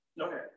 Okay